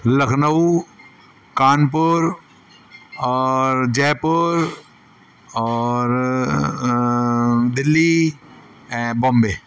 लखनऊ कानपुर और जयपुर और दिल्ली ऐं बॉम्बे